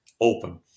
open